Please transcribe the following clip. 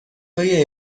های